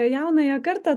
jaunąją kartą